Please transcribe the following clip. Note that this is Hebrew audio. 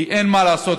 כי אין מה לעשות,